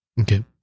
Okay